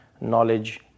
knowledge